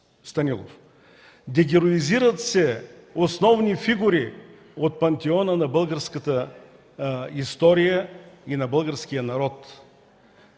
Дегероизират се основни фигури от пантеона на българската история и на българския народ,